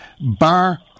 bar